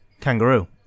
kangaroo